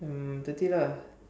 um thirty lah